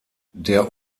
der